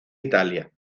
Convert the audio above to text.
italia